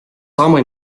sama